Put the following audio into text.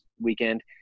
weekend